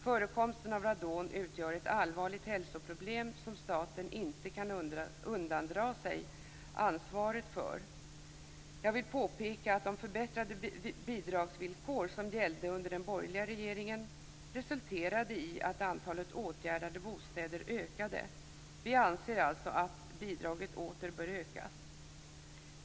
Förekomsten av radon utgör ett allvarligt hälsoproblem som staten inte kan undandra sig ansvaret för. Jag vill påpeka att de förbättrade bidragsvillkor som gällde under den borgerliga regeringen resulterade i att antalet åtgärdade bostäder ökade. Vi anser alltså att bidraget åter bör ökas.